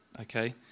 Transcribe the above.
Okay